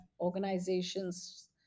organizations